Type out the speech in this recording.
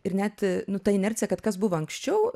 ir net nu ta inercija kad kas buvo anksčiau